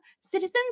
citizens